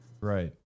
Right